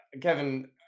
Kevin